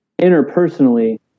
interpersonally